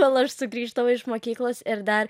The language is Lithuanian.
kol aš sugrįždavau iš mokyklos ir dar